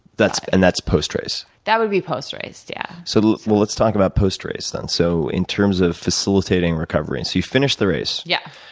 and, that's post-race? that would be post-race, yeah. so well, let's talk about post-race then. so, in terms of facilitating recovery and so, you finish the race. yeah.